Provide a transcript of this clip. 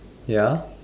ya